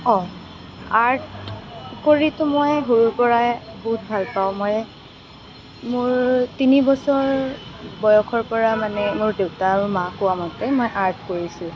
অ art কৰিতো মই সৰুৰে পৰাই বহুত ভাল পাওঁ মই মোৰ তিনি বছৰ বয়সৰ পৰা মানে মোৰ দেউতা আৰু মায়ে কোৱা মতে আৰ্ট কৰিছোঁ